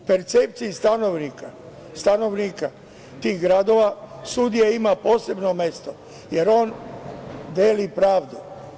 U percepciji stanovnika tih gradova, sudija ima posebno mesto, jer on deli pravdu.